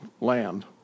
land